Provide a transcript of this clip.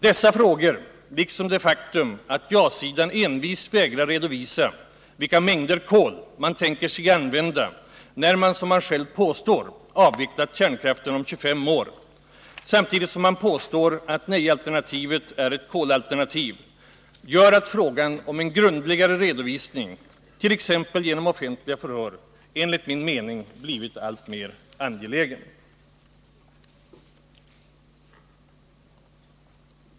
Dessa frågor liksom det faktum att ja-sidan envist vägrar redovisa vilka mängder kol man tänker sig att använda när man, som man själv påstår, avvecklat kärnkraften om 25 år samtidigt som man hävdar att nej-alternativet är ett kolalternativ gör att frågan om en grundligare redovisning, t.ex. genom offentliga förhör, enligt min mening blivit alltmer angelägen.